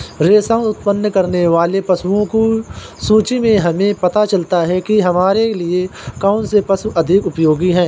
रेशम उत्पन्न करने वाले पशुओं की सूची से हमें पता चलता है कि हमारे लिए कौन से पशु अधिक उपयोगी हैं